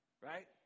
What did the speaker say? right